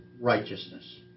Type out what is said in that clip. righteousness